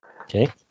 Okay